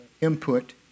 input